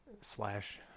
slash